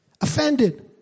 offended